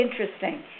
interesting